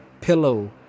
pillow